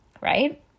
right